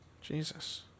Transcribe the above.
Jesus